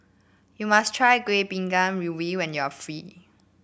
you must try Kueh Bingka Ubi when you are